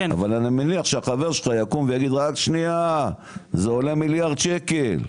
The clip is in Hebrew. אבל אני מניח שהחבר שלך יקום ויגיד רק שנייה זה עולה מיליארד שקל.